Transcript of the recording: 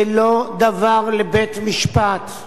זה לא דבר לבית-משפט.